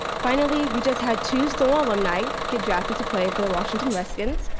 finally, we just had two stonewall alumni get drafted to play for the washington redskins,